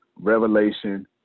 Revelation